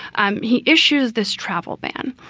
um he issues this travel ban.